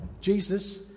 Jesus